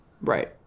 Right